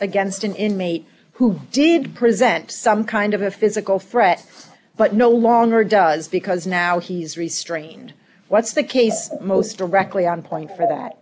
against an inmate who did present some kind of a physical threat but no longer does because now he's restrained what's the case most directly on point for that